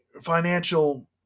financial